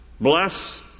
bless